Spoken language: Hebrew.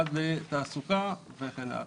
עד לתעסוקה וכן הלאה.